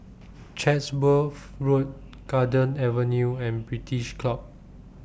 Chatsworth Road Garden Avenue and British Club